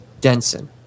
Denson